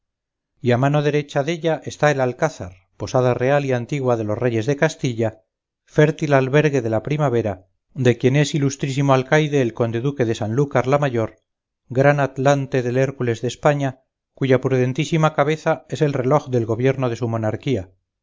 y a mano derecha della está el alcázar posada real y antigua de los reyes de castilla fértil albergue de la primavera de quien es ilustrísimo alcaide el conde duque de sanlúcar la mayor gran adtlante del hércules de españa cuya prudentísima cabeza es el reloj del gobierno de su monarquía